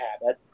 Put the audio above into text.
habit